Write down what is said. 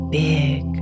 big